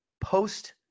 post